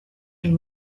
est